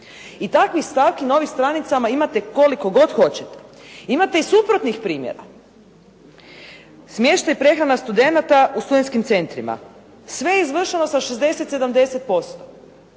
I takvih stavki na ovim stranicama imate koliko god hoćete. Imate i suprotnih primjera. Smještaj i prehrana studenata u studentskim centrima. Sve je izvršeno sa 60, 70%.